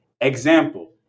Example